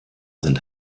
sind